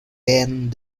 band